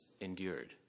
endured